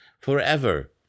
forever